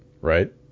right